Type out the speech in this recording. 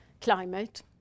climate